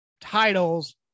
titles